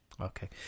Okay